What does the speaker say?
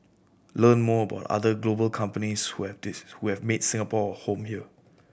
learn more about other global companies who have this who have made Singapore home here